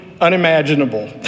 unimaginable